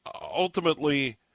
ultimately